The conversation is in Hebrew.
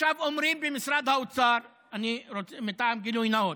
עכשיו אומרים במשרד האוצר, גילוי נאות: